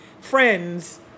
friends